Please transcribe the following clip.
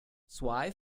zwei